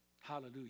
Hallelujah